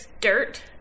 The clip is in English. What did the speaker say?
dirt